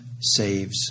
saves